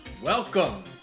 Welcome